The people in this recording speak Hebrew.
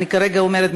אני כרגע אומרת,